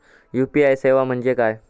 UPI सेवा म्हणजे काय?